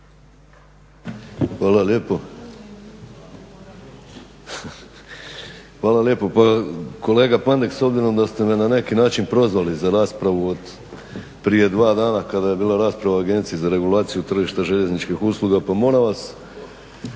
Hvala lijepo. Pa kolega Pandek s obzirom da ste me na neki način prozvali za raspravu prije dva dana kada je bila rasprava o Agenciji za regulaciju tržišta željezničkih usluga pa moram vas